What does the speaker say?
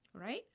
right